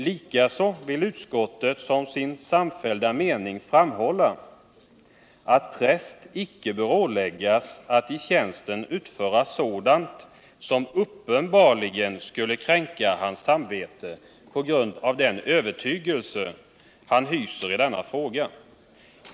Likaså vill utskottet som sin samfällda mening framhålla, att präst icke bör åläggas att i tjänsten utföra sådant som uppenbarligen skulle kränka hans samvete på grund av den övertygelse, han hyser i denna fråga.